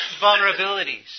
vulnerabilities